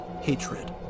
hatred